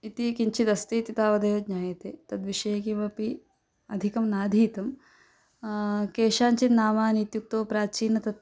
इति किञ्चिदस्ति इति तावदेव ज्ञायते तद्विषये किमपि अधिकं नाधीतं केषाञ्चित् नामानि इत्युक्तौ प्राचीनं तत्